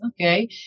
Okay